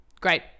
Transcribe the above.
Great